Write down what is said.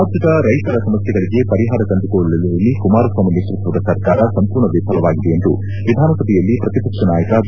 ರಾಜ್ಯದ ರೈತರ ಸಮಸ್ಥೆಗಳಿಗೆ ಪರಿಹಾರ ಕಂಡುಕೊಳ್ಳುವಲ್ಲಿ ಕುಮಾರಸ್ವಾಮಿ ನೇತೃತ್ವದ ಸರ್ಕಾರ ಸಂಪೂರ್ಣ ವಿಫಲವಾಗಿದೆ ಎಂದು ವಿಧಾನಸಭೆಯಲ್ಲಿ ಪ್ರತಿಪಕ್ಷ ನಾಯಕ ಬಿ